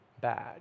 bad